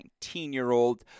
19-year-old